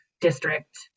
district